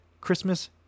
Christmas